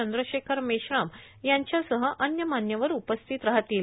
चंद्रशेखर मेश्राम यांच्यासह अव्य मान्यवर उपस्थित राहतील